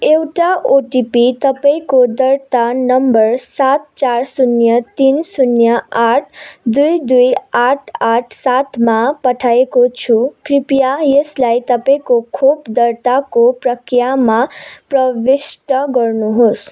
एउटा ओटिपी तपाईँँको दर्ता नम्बर सात चार शून्य तिन शून्य आठ दुई दुई आठ आठ सातमा पठाइएको छु कृपया यसलाई तपाईँँको खोप दर्ताको प्रक्रियामा प्रविष्ट गर्नुहोस्